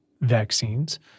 vaccines